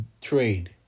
trade